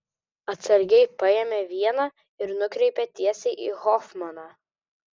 atsargiai paėmė vieną ir nukreipė tiesiai į hofmaną